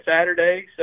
Saturday